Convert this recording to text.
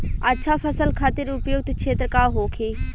अच्छा फसल खातिर उपयुक्त क्षेत्र का होखे?